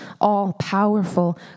all-powerful